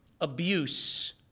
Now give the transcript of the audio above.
abuse